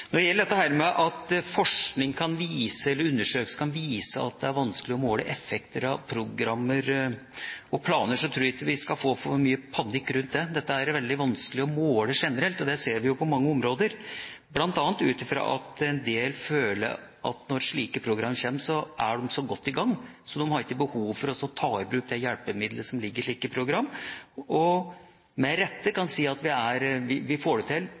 Når det gjelder dette med at forskning eller undersøkelser viser at det er vanskelig å måle effekt av programmer og planer, tror jeg ikke vi skal få for mye panikk rundt det. Dette er veldig vanskelig å måle generelt. Det ser vi på mange områder, bl.a. ut fra at en del føler at når slike programmer kommer, så er de så godt i gang at de ikke har behov for å ta i bruk det hjelpemiddelet som ligger i slike programmer, og med rette kan si at de får det til like godt om de ikke bruker slike programmer. Jeg syns det